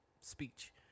speech